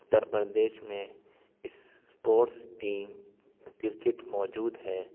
اتر پردیش میں sports team cricket موجود ہے